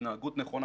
התנהגות נכונה,